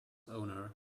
owner